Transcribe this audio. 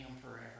forever